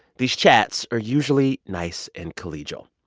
these chats are usually nice and collegial.